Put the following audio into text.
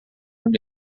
uma